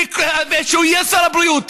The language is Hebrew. שיהיה שר הבריאות,